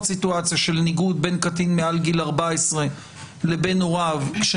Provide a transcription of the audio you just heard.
סיטואציה של ניגוד בין קטין מעל גיל 14 לבין הוריו כאשר